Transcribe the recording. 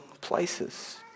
places